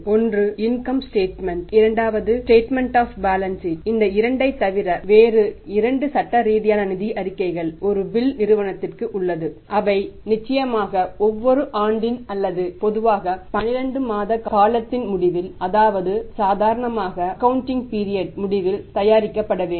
ஒன்று income statement முடிவில் தயாரிக்கப்பட வேண்டும்